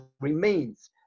remains